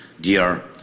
dear